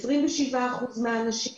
27% מהאנשים,